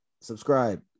subscribe